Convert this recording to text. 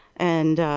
and,